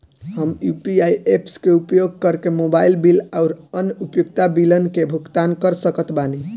हम UPI apps के उपयोग करके मोबाइल बिल आउर अन्य उपयोगिता बिलन के भुगतान कर सकत बानी